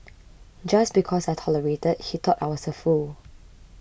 just because I tolerated he thought I was a fool